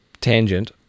tangent